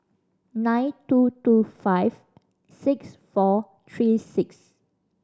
nine two two five six four three six